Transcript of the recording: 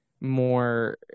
more